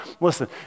listen